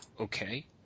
Okay